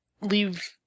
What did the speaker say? leave